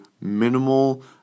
minimal